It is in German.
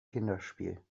kinderspiel